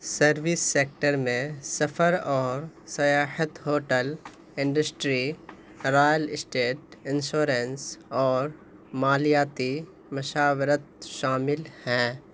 service sector میں سفر اور سیاحت hotel industry real estate insurance اور مالیاتی مشاورت شامل ہیں